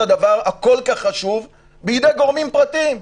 הדבר החשוב כל-כך בידי גורמים פרטיים.